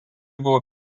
buvo